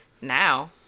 now